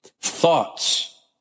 thoughts